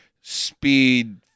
speed